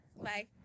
Bye